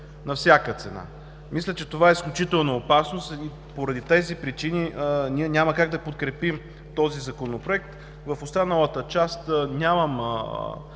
на всяка цена. Мисля, че това е изключително опасно и поради тези причини ние няма как да подкрепим този Законопроект. В останалата част нямам